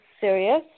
serious